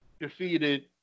defeated